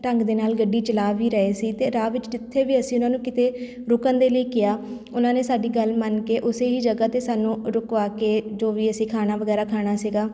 ਢੰਗ ਦੇ ਨਾਲ ਗੱਡੀ ਚਲਾ ਵੀ ਰਹੇ ਸੀ ਅਤੇ ਰਾਹ ਵਿੱਚ ਜਿੱਥੇ ਵੀ ਅਸੀਂ ਉਹਨਾਂ ਨੂੰ ਕਿਤੇ ਰੁਕਣ ਦੇ ਲਈ ਕਿਹਾ ਉਹਨਾਂ ਨੇ ਸਾਡੀ ਗੱਲ ਮੰਨ ਕੇ ਉਸੇ ਹੀ ਜਗ੍ਹਾ 'ਤੇ ਸਾਨੂੰ ਰੁਕਵਾ ਕੇ ਜੋ ਵੀ ਅਸੀਂ ਖਾਣਾ ਵਗੈਰਾ ਖਾਣਾ ਸੀਗਾ